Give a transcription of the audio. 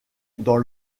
dans